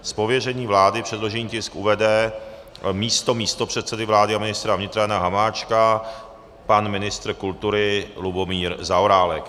Z pověření vlády předložený tisk uvede místo místopředsedy vlády a ministra vnitra Jana Hamáčka ministr kultury Lubomír Zaorálek.